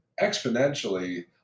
exponentially